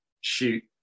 shoot